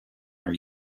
are